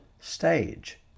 stage